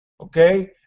Okay